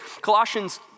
Colossians